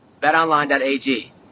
BetOnline.ag